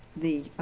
the